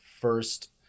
first